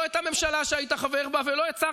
לא הצלחת להביא לא את הממשלה שהיית חבר בה ולא את שר